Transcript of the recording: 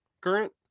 current